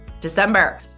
December